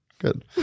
Good